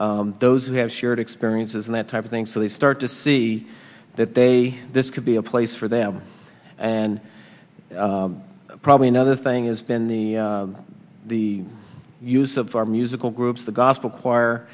those who have shared experiences and that type of thing so they start to see that they this could be a place for them and probably another thing has been the the use of our musical groups the gospel choir